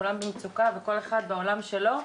כולם במצוקה וכל אחד בעולם שלו,